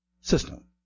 system